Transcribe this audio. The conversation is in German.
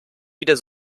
wieder